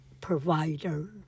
provider